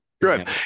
Good